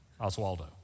Oswaldo